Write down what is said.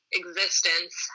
existence